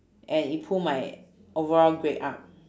and it pull my overall grade up